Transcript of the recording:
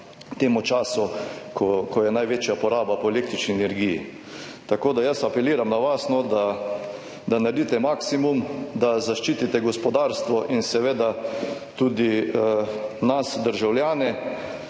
temu času, ko je največja poraba po električni energiji. Tako, da apeliram na vas, da da naredite maksimum, da zaščitite gospodarstvo in seveda tudi nas državljane.